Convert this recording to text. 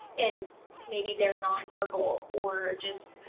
and maybe they're nonverbal or just